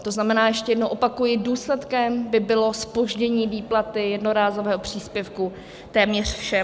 To znamená, ještě jednou opakuji, důsledkem by bylo zpoždění výplaty jednorázového příspěvku téměř všem.